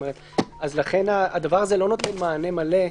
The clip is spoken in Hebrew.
לכן זה לא נותן מענה מלא.